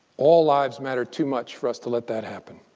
all lives matter too much for us to let that happen.